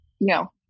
No